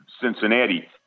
Cincinnati